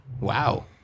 Wow